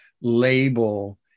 label